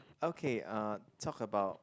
okay uh talk about